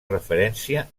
referència